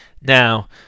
Now